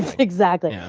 exactly. yeah